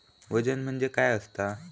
वजन म्हणजे काय असता?